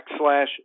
backslash